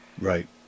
Right